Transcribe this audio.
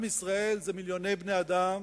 עם ישראל זה מיליוני בני-אדם